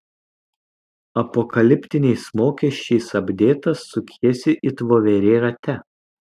apokaliptiniais mokesčiais apdėtas sukiesi it voverė rate